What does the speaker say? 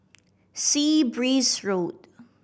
Sea Breeze Road